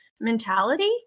mentality